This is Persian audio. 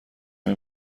این